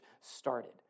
started